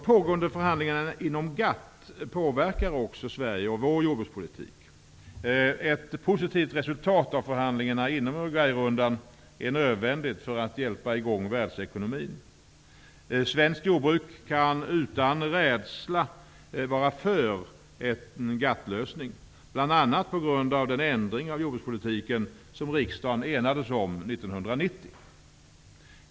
påverkar också Sverige och vår jordbrukspolitik. Uruguayrundan är nödvändigt för att hjälpa i gång världsekonomin. Svenskt jordbruk kan utan rädsla vara för en GATT-lösning, bl.a. på grund av den ändring av jordbrukspolitiken som riksdagen enades om 1990.